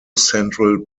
central